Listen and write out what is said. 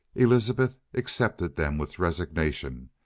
elizabeth accepted them with resignation,